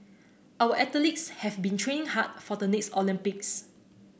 our athletes have been training hard for the next Olympics